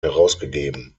herausgegeben